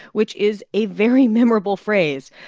which is a very memorable phrase.